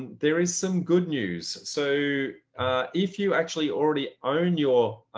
there is some good news. so if you actually already own your